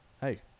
hey